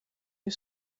you